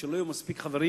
כשלא יהיו מספיק חברים,